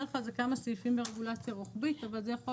בדרך